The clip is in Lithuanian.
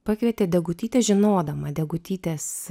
pakvietė degutytę žinodama degutytės